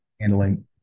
handling